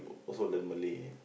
why so learn Malay